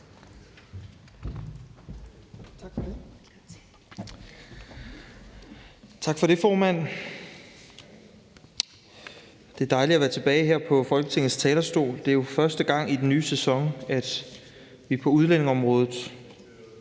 Tak for det,